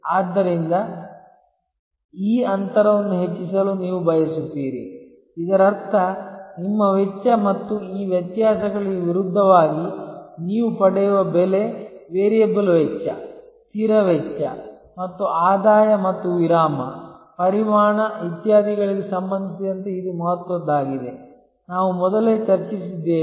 ಆದ್ದರಿಂದ ಈ ಅಂತರವನ್ನು ಹೆಚ್ಚಿಸಲು ನೀವು ಬಯಸುತ್ತೀರಿ ಇದರರ್ಥ ನಿಮ್ಮ ವೆಚ್ಚ ಮತ್ತು ಈ ವ್ಯತ್ಯಾಸಗಳಿಗೆ ವಿರುದ್ಧವಾಗಿ ನೀವು ಪಡೆಯುವ ಬೆಲೆ ವೇರಿಯಬಲ್ ವೆಚ್ಚ ಸ್ಥಿರ ವೆಚ್ಚ ಮತ್ತು ಆದಾಯ ಮತ್ತು ವಿರಾಮ ಪರಿಮಾಣ ಇತ್ಯಾದಿಗಳಿಗೆ ಸಂಬಂಧಿಸಿದಂತೆ ಇದು ಮಹತ್ವದ್ದಾಗಿದೆ ನಾವು ಮೊದಲೇ ಚರ್ಚಿಸಿದ್ದೇವೆ